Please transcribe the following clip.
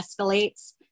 escalates